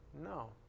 No